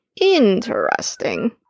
Interesting